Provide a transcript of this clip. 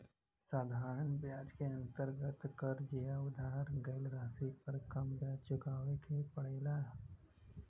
साधारण ब्याज क अंतर्गत कर्ज या उधार गयल राशि पर कम ब्याज चुकावे के पड़ेला